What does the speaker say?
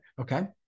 okay